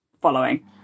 following